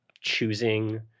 choosing